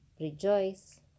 rejoice